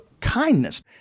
kindness